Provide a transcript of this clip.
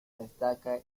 destaca